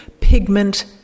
pigment